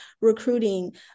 recruiting